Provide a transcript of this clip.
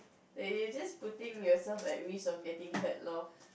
like you just putting yourself at risk of getting hurt loh